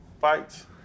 fights